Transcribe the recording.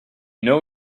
know